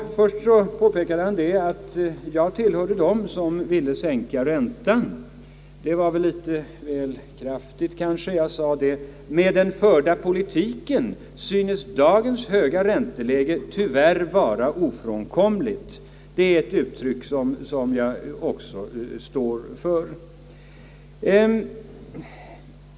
Först påstod han att jag talade emot dem som ville sänka räntan. Det var nog lite väl kraftigt. Jag sade: »Med den förda politiken synes dagens höga ränteläge tyvärr vara ofrånkomligt.» Det är ett uttryck som jag också står för.